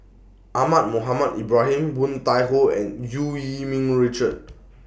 Ahmad Mohamed Ibrahim Woon Tai Ho and EU Yee Ming Richard